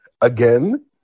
again